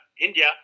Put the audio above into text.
India